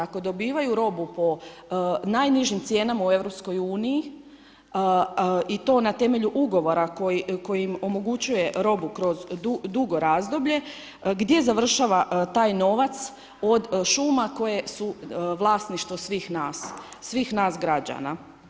Ako dobivaju robu po najnižim cijenama u EU i to na temelju ugovora koji im omogućuje robu kroz dugo razdoblje, gdje završava taj novac od šuma koje su vlasništvo svih nas građana?